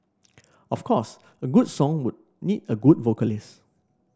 of course a good song would need a good vocalist